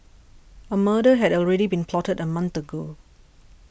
a murder had already been plotted a month ago